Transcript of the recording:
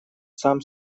сам